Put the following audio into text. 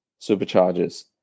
superchargers